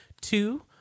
two